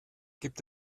gibt